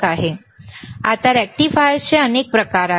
आता रेक्टिफायर्सचे अनेक प्रकार आहेत